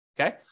Okay